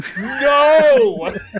No